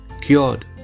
cured